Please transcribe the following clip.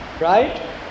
right